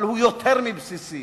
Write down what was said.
אבל הוא יותר מבסיסי.